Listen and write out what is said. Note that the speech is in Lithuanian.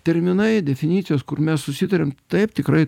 terminai definicijos kur mes susitarėm taip tikrai